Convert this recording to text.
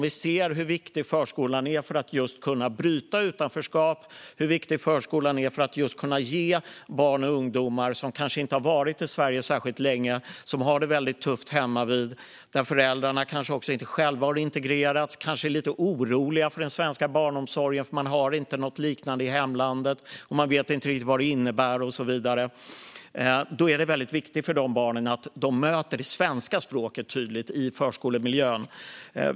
Vi ser hur viktig förskolan är för att bryta utanförskapet och hur viktig den är för barn och unga som kanske inte har varit i Sverige särskilt länge och som har det tufft hemmavid. Deras föräldrar kanske inte har integrerats själva och kanske är lite oroliga över den svenska barnomsorgen därför att man inte har något liknande i hamlandet och man inte riktigt vet vad den innebär och så vidare. Då är det viktigt för dessa barn att möta det svenska språket tydligt i förskolemiljön.